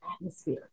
atmosphere